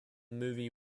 movie